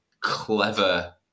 clever